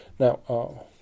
Now